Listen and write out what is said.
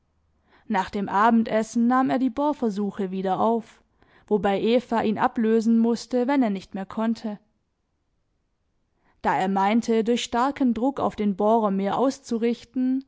nach dem abendessen nahm er die bohrversuche wieder auf wobei eva ihn ablösen mußte wenn er nicht mehr konnte da er meinte durch starken druck auf den bohrer mehr auszurichten